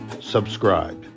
subscribe